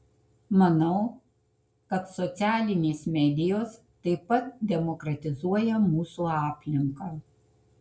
manau kad socialinės medijos taip pat demokratizuoja mūsų aplinką